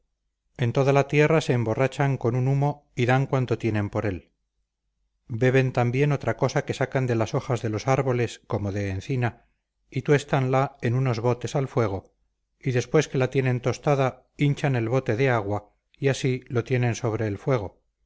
en toda la tierra se emborrachan con un humo y dan cuanto tienen por él beben también otra cosa que sacan de las hojas de los árboles como de encina y tuéstanla en unos botes al fuego y después que la tienen tostada hinchan el bote de agua y así lo tienen sobre el fuego